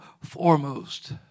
foremost